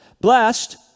Blessed